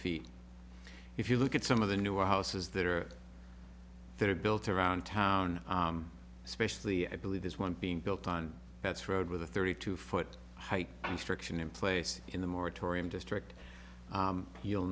feet if you look at some of the newer houses that are that are built around town especially i believe this one being built on that's road with a thirty two foot height restriction in place in the moratorium district you'll